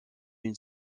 une